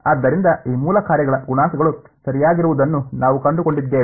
ಆದ್ದರಿಂದ ಈ ಮೂಲ ಕಾರ್ಯಗಳ ಗುಣಾಂಕಗಳು ಸರಿಯಾಗಿರುವುದನ್ನು ನಾವು ಕಂಡುಕೊಂಡಿದ್ದೇವೆ